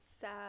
sad